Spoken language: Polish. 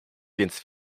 więc